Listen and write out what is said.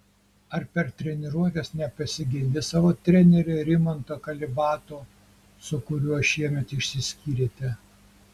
ar per treniruotes nepasigendi savo trenerio rimanto kalibato su kuriuo šiemet išsiskyrėte